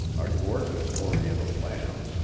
a gorgeous oriental lamp,